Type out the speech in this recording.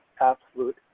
absolute